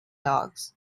dogs